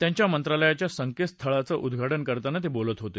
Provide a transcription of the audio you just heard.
त्यांच्या मंत्रालयाच्या संकेतस्थळाचं उद्घाटन करताना ते बोलत होते